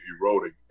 eroding